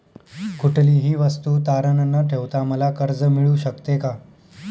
कुठलीही वस्तू तारण न ठेवता मला कर्ज मिळू शकते का?